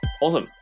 Awesome